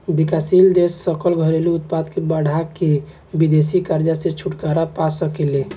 विकासशील देश सकल घरेलू उत्पाद के बढ़ा के विदेशी कर्जा से छुटकारा पा सके ले